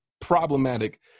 problematic